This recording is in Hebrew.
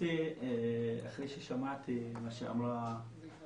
אחרי ששמעתי מה שאמרה הנציגה